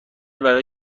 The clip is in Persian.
برای